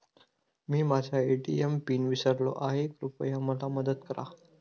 मी माझा ATM pin विसरलो आहे, कृपया मला मदत करा